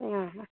ആ